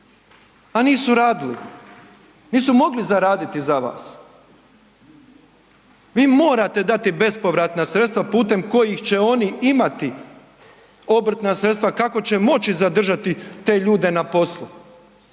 a nisu radili, nisu mogli zaraditi za vas. Vi morate dati bespovratna sredstva putem kojih će oni imati obrtna sredstva kako će moći zadržati te ljude na poslu,